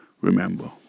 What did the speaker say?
Remember